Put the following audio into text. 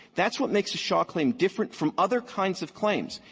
that's what makes a shaw claim different from other kinds of claims.